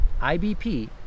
IBP